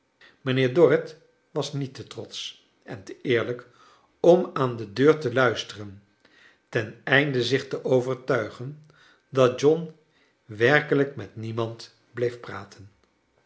mijnheer dorrit was niet te trotsch en te eerlijk om aan de deur te luisteren ten einde zich te overtuigen dat john werkelijk met niemand bleef praten